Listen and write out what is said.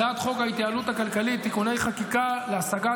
הצעת חוק ההתייעלות הכלכלית (תיקוני חקיקה להשגת